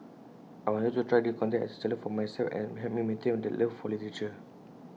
I wanted to try this contest as A challenge for myself and to help me maintain that love for literature